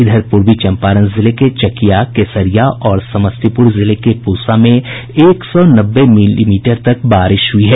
इधर पूर्वी चंपारण जिले के चकिया केसरिया और समस्तीपुर जिले के पूसा में एक सौ नब्बे मिलीमीटर तक वर्षा हुई है